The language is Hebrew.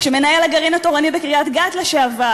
כשמנהל הגרעין התורני בקריית-גת לשעבר